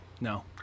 No